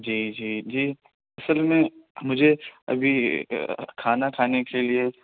جی جی جی اصل میں مجھے ابھی کھانا کھانے کے لیے